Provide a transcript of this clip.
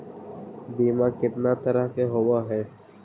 बीमा कितना तरह के होव हइ?